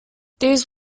these